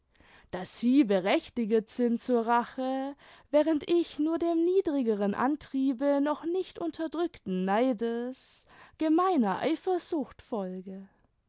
daß sie berechtiget sind zur rache während ich nur dem niedrigeren antriebe noch nicht unterdrückten neides gemeiner eifersucht folge